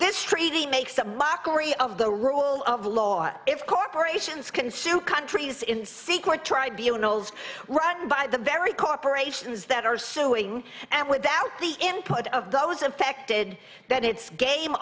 this treaty makes a mockery of the rule of law if corporations can sue countries in secret tribunals run by the very corporations that are suing and without the input of those affected that it's game